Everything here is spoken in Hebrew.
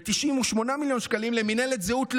ו-98 מיליון שקלים למינהלת זהות לאומית.